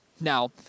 Now